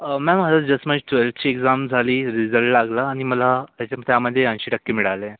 ma'am आता just माझी ट्वेल्थची एक्झाम झाली रिजल्ट लागला आणि मला त्याच्या त्यामध्ये ऐंशी टक्के मिळाले